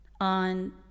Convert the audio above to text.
on